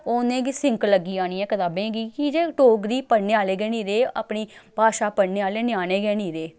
उ'नेंगी सिंक लग्गी जानी ऐ कताबें गी की जे डोगरी पढ़ने आह्ले गै निं रेह् अपनी भाशा पढ़ने आह्ले ञ्यानें गै निं रेह्